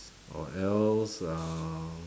or else uh